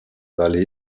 vallée